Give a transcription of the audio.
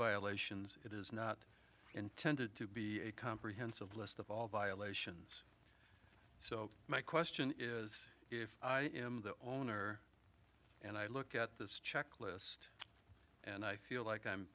violations it is not intended to be a comprehensive list of all violations so my question is if i am the owner and i look at this checklist and i feel like i'm